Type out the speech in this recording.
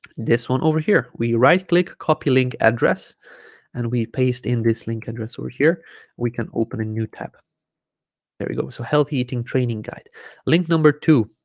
this one over here we right click copy link address and we paste in this link address over here we can open a new tab there we go so healthy eating training guide link number two